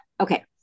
Okay